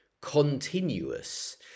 continuous